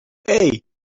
hey